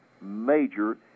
major